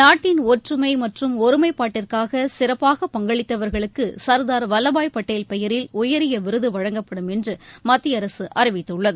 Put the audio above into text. நாட்டின் ஒற்றுமை மற்றும் ஒருமைப்பாட்டிற்காக சிறப்பாக பங்களித்தவர்களுக்கு சர்தார் வல்லபாய் பட்டேல் பெயரில் உயரிய விருது வழங்கப்படும் என்று மத்திய அரசு அறிவித்துள்ளது